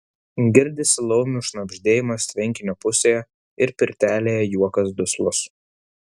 girdisi laumių šnabždėjimas tvenkinio pusėje ir pirtelėje juokas duslus